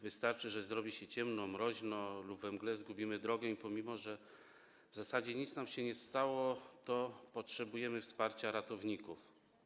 Wystarczy, że zrobi się ciemno, mroźno lub we mgle zgubimy drogę, i mimo że w zasadzie nic nam się nie stało, będziemy potrzebować wsparcia ratowników.